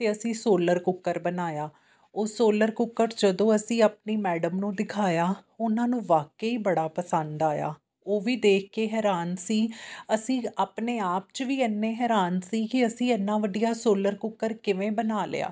ਅਤੇ ਅਸੀਂ solar cooker ਬਣਾਇਆ ਉਹ ਸੋਲਰ ਕੁੱਕਰ ਜਦੋਂ ਅਸੀਂ ਆਪਣੀ ਮੈਡਮ ਨੂੰ ਦਿਖਾਇਆ ਉਹਨਾਂ ਨੂੰ ਵਾਕਈ ਬੜਾ ਪਸੰਦ ਆਇਆ ਉਹ ਵੀ ਦੇਖ ਕੇ ਹੈਰਾਨ ਸੀ ਅਸੀਂ ਆਪਣੇ ਆਪ 'ਚ ਵੀ ਇੰਨੇ ਹੈਰਾਨ ਸੀ ਕਿ ਅਸੀਂ ਇੰਨਾ ਵਧੀਆ ਸੋਲਰ ਕੁੱਕਰ ਕਿਵੇਂ ਬਣਾ ਲਿਆ